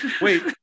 Wait